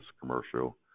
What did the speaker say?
Commercial